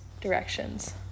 directions